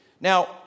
Now